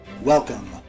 Welcome